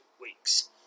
weeks